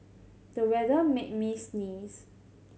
the weather made me sneeze